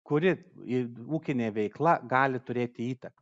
kuri ir ūkinė veikla gali turėti įtaką